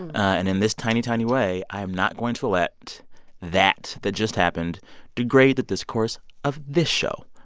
and in this tiny, tiny way, i'm not going to let that that just happened degrade the discourse of this show.